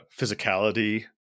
physicality